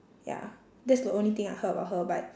ya that's the only thing I heard about her but